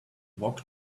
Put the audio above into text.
walked